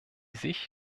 sich